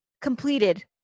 completed